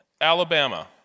Alabama